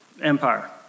Empire